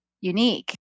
unique